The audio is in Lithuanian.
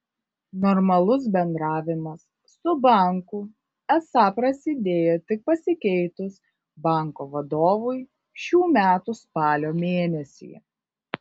normalus bendravimas su banku esą prasidėjo tik pasikeitus banko vadovui šių metų spalio mėnesį